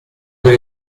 per